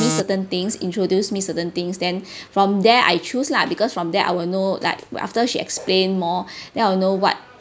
me certain things introduced me certain things then from there I choose lah because from there I will know like after she explain more then I'll know what